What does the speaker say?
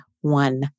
one